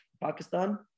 Pakistan